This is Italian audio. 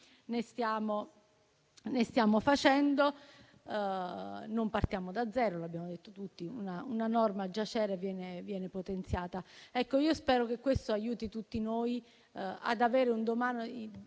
ne stiamo facendo. Non partiamo da zero, l'abbiamo detto tutti: una norma già c'era e viene potenziata. Spero che questo aiuti tutti noi ad avere un domani